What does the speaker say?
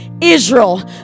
Israel